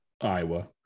Iowa